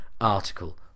article